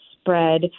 spread